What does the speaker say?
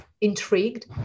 intrigued